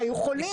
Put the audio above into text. היו חולים.